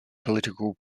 political